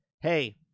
Hey